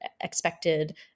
expected